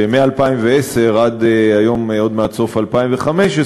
שמ-2010 עד היום, עוד מעט סוף 2015,